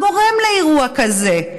מה גורם לאירוע כזה?